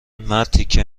مرتیکه